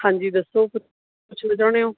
ਹਾਂਜੀ ਦੱਸੋ ਕੁਛ ਪੁੱਛਣਾ ਚਾਹੁੰਦੇ ਹੋ